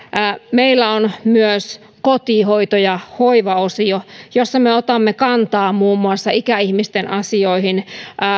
meillä on myös kotihoito ja hoivaosio jossa me otamme kantaa muun muassa ikäihmisten asioihin